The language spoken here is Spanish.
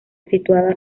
situada